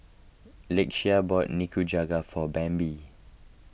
Lakeshia bought Nikujaga for Bambi